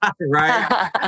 right